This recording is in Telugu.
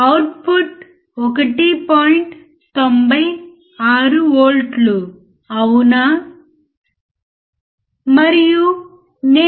కాబట్టి వోల్టేజ్ ఎంత